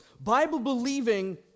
Bible-believing